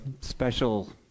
special